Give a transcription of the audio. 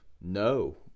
no